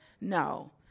No